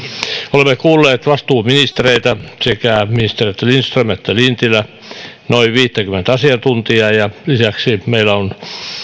olemme kuulleet vastuuministereitä sekä ministeri lindströmiä että lintilää ja noin viittäkymmentä asiantuntijaa ja lisäksi